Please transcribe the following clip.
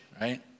Right